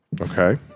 Okay